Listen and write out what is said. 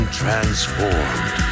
transformed